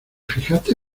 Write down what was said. fijaste